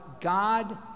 God